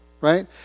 right